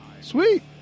Sweet